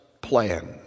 plan